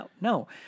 No